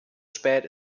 spät